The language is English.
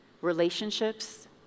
relationships